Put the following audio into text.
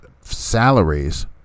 salaries